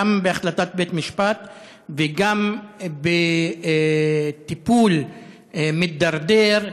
גם בהחלטת בית-משפט וגם בטיפול מידרדר,